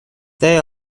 they